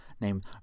named